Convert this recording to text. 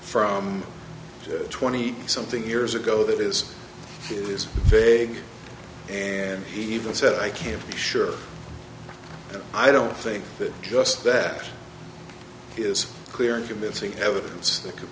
from twenty something years ago that this is fake and he even said i can't be sure and i don't think that just that is clear and convincing evidence that could